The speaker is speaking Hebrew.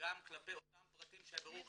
גם כלפי אותם פרטים שהבירור כלפיהם,